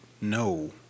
no